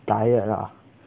diet ah